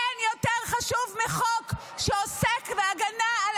אין יותר חשוב מחוק שעוסק בהגנה על